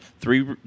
three